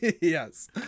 yes